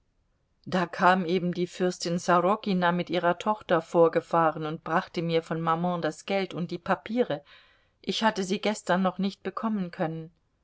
da kam eben die fürstin sorokina mit ihrer tochter vorgefahren und brachte mir von maman das geld und die papiere ich hatte sie gestern noch nicht bekommen können